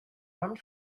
armed